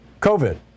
COVID